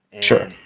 Sure